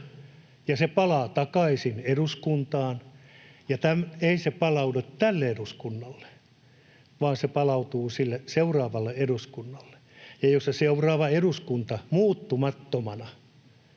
ja se palaa takaisin eduskuntaan. Ja ei se palaudu tälle eduskunnalle, vaan se palautuu seuraavalle eduskunnalle, ja jos se seuraava eduskunta muuttumattomana